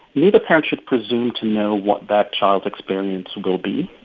the the parents should presume to know what that child's experience will be